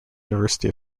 university